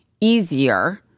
easier